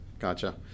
Gotcha